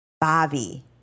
Bobby